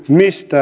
niistä